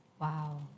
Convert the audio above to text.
Wow